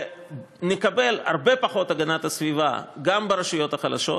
ונקבל הרבה פחות הגנת הסביבה גם ברשויות החלשות,